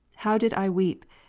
how did i weep,